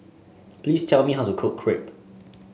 please tell me how to cook Crepe